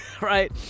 right